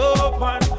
open